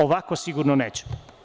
Ovako sigurno nećemo.